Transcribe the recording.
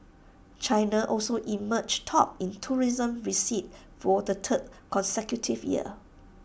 China also emerged top in tourism receipts for the third consecutive year